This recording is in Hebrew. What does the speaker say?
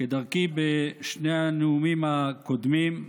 כדרכי בשני הנאומים הקודמים,